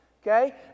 okay